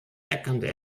erkannte